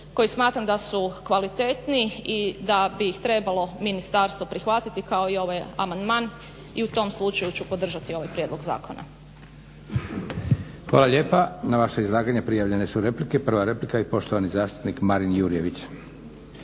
koji smatram da su kvalitetni i da bih ih trebalo ministarstvo prihvatiti kao i ovaj amandman i u tom slučaju ću podržati taj prijedlog zakona. **Leko, Josip (SDP)** Hvala lijepa. Na vaše izlaganje prijavljene su replike. Prva replika i poštovani zastupnik Marin Jurjević.